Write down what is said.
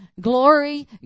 glory